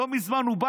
לא מזמן הוא בא,